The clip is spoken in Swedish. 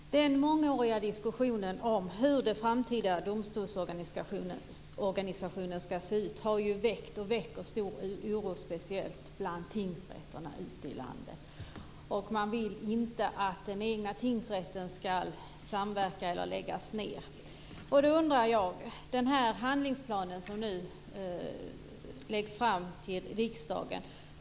Fru talman! Den mångåriga diskussionen om hur den framtida domstolsorganisationen ska se ut har väckt och väcker stor oro, speciellt bland tingsrätterna ute i landet. Man vill inte att den egna tingsrätten ska samverka eller läggas ned. Hur lång tid gäller den här handlingsplanen, som nu läggs fram för riksdagen?